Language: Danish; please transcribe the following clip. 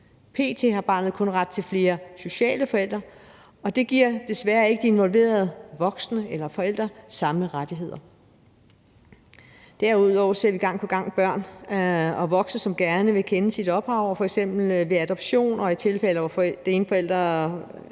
P.t. har barnet kun ret til flere sociale forældre, og det giver desværre ikke de involverede voksne eller forældre de samme rettigheder. Derudover ser vi gang på gang børn og voksne, som gerne vil kende deres ophav, f.eks. ved adoption og i tilfælde, hvor den ene forælder er